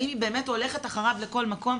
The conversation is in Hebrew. האם היא באמת הולכת אחריו לכל מקום.